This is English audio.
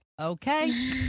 okay